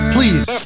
Please